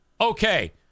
Okay